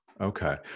Okay